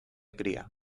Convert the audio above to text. cría